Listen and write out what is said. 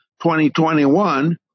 2021